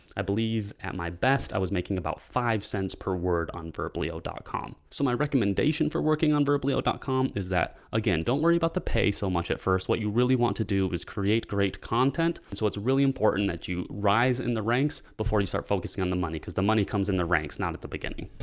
i believe at my best i was making about five cents per word on verblio dot com so my recommendation for working on verbilio dot com is that again, don't worry about the pay so much at first. what you really want to do is create great content. and so it's really important that you rise in the ranks before you start focusing on the money because the money comes in the ranks, not at the beginning.